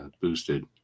boosted